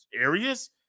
areas